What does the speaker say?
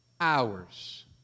hours